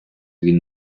він